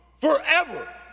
forever